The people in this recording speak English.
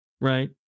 right